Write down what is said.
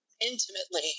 intimately